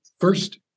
first